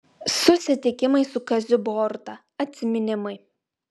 susitikimai su kaziu boruta atsiminimai